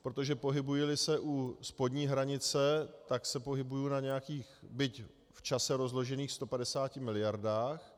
Protože pohybujili se u spodní hranice, tak se pohybuji na nějakých byť v čase rozložených 150 miliardách.